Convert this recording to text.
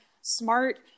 smart